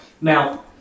Now